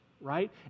right